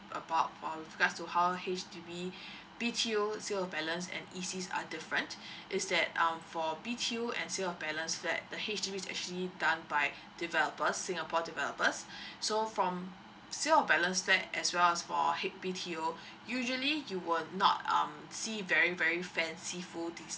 about uh regards to how H_D_B B_T_O sales of balance and E_C are different is that um for B_T_O and sales of balance flat the H_D_B is actually done by developers singapore developers so from sales of balance flat as well as for B_T_O usually you will not um see very very fanciful design